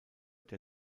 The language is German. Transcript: der